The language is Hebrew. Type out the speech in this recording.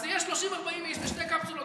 אז יהיו 30 40 איש בשתי קפסולות,